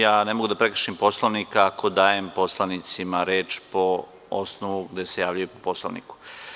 Ja ne mogu da prekršim Poslovnik ako dajem poslanicima reč po osnovu javljanja po Poslovniku.